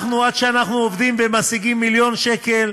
אנחנו, עד שאנחנו עובדים ומשיגים מיליון שקל,